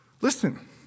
Listen